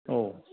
औ